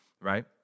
right